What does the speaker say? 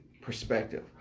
perspective